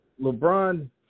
LeBron